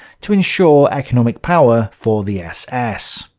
to ensure economic power for the ss.